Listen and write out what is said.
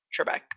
Trebek